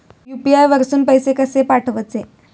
UPI वरसून पैसे कसे पाठवचे?